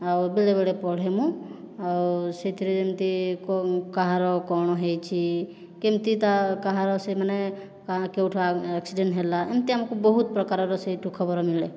ଆଉ ବେଳେବେଳେ ପଢ଼େ ମୁଁ ଆଉ ସେଥିରେ ଯେମିତି କାହାର କ'ଣ ହୋଇଛି କେମିତି ତା କାହାର ସେଇ ମାନେ କେଉଁଠୁ ଆକ୍ସିଡେଣ୍ଟ ହେଲା ଏମିତି ଆମକୁ ବହୁତ ପ୍ରକାରର ସେଇଠୁ ଖବର ମିଳେ